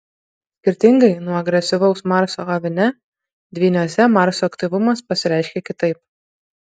skirtingai nuo agresyvaus marso avine dvyniuose marso aktyvumas pasireiškia kitaip